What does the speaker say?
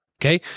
Okay